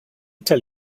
tell